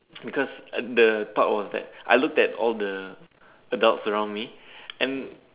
because the part was that I looked at all the adults around me and